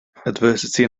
adversity